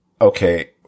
okay